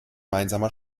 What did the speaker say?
gemeinsamer